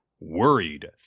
Worried